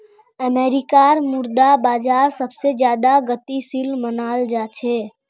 अमरीकार मुद्रा बाजार सबसे ज्यादा गतिशील मनाल जा छे